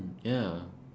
ya